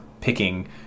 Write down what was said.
picking